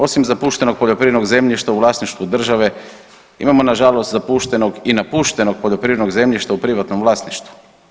Osim zapuštenog poljoprivrednog zemljišta u vlasništvu države imamo nažalost zapuštenog i napuštenog poljoprivrednog zemljišta u privatnom vlasništvu.